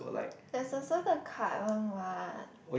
there's also the card one what